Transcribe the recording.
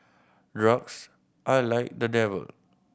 drugs are like the devil